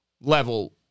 level